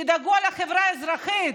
תדאגו לחברה האזרחית.